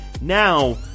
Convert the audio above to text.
Now